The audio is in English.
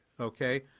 okay